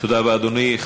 תודה רבה, אדוני.